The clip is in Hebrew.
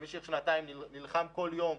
במשך שנתיים נלחם כל יום,